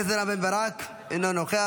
חבר הכנסת רם בן ברק, אינו נוכח.